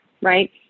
right